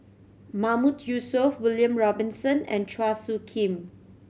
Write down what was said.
Mahmood Yusof William Robinson and Chua Soo Khim